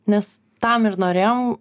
nes tam ir norėjom